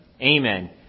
Amen